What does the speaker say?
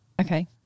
Okay